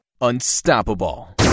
unstoppable